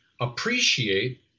appreciate